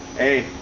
hey,